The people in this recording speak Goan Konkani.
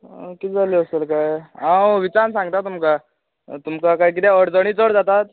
आं कितें जालें आसतलें काय हांव विचारन सांगतां तुमका तुमका कांय कितें अडचणी चड जातात